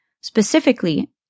Specifically